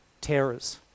terrors